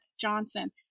Johnson